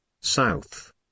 south